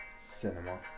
cinema